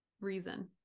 reason